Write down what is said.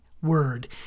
Word